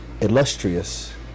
illustrious